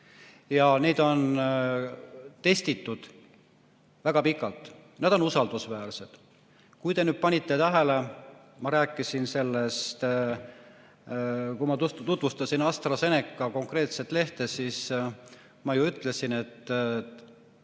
ja neid on testitud väga pikalt, nad on usaldusväärsed. Kui te panite tähele, siis, kui ma tutvustasin AstraZeneca konkreetset lehte, ma ju ütlesin, et